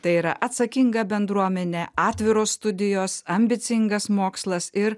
tai yra atsakinga bendruomenė atviros studijos ambicingas mokslas ir